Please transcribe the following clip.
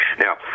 Now